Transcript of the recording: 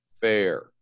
fair